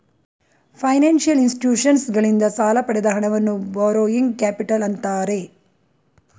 financial ಇನ್ಸ್ಟಿಟ್ಯೂಷನ್ಸಗಳಿಂದ ಸಾಲ ಪಡೆದ ಹಣವನ್ನು ಬಾರೋಯಿಂಗ್ ಕ್ಯಾಪಿಟಲ್ ಅಂತ್ತಾರೆ